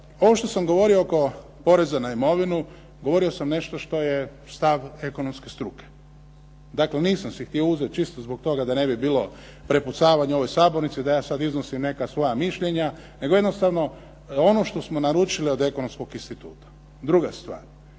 ovo što sam govorio oko poreza na imovinu govorio sam nešto što je stav ekonomske struke. Dakle, nisam si htio uzeti čisto zbog toga da ne bi bilo prepucavanja u ovoj sabornici da ja sad iznosim neka svoja mišljenja, nego jednostavno ono što smo naručili od Ekonomskog instituta. Druga stvar.